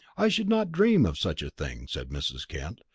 i should not dream of such a thing, said mrs. kent.